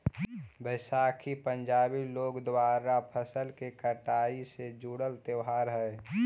बैसाखी पंजाबी लोग द्वारा फसल के कटाई से जुड़ल त्योहार हइ